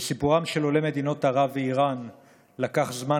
לסיפורם של עולי מדינות ערב ואיראן לקח זמן